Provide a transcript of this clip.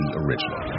original